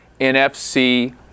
NFC